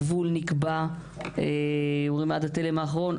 הגבול נקבע אומרים עד התלם האחרון,